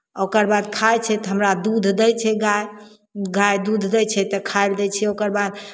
ओकर बाद खाइ छै तऽ हमरा दूध दै छै गाय गाय दूध दै छै तऽ खाय लेल दै छियै ओकर बाद